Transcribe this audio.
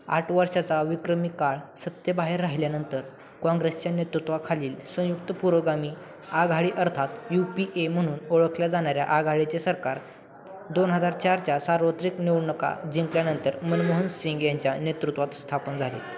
आठ वर्षाचा विक्रमी काळ सत्तेबाहेर राहिल्यानंतर काँग्रेसच्या नेतृत्वाखाली संयुक्त पुरोगामी आघाडी अर्थात यू पी ए म्हणून ओळखल्या जाणाऱ्या आघाडीचे सरकार दोन हजार चारच्या सार्वत्रिक निवडनुका जिंकल्यानंतर मनमोहन सिंग यांच्या नेतृत्वात स्थापन झाली